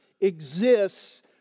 exists